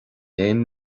aon